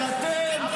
אבל אתם,